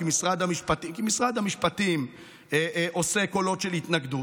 כי משרד המשפטים עושה קולות של התנגדות.